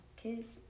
kids